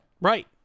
Right